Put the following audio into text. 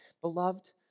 Beloved